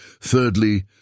Thirdly